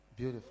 Beautiful